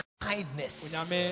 kindness